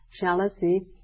jealousy